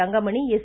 Thangamani S